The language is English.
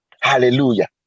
hallelujah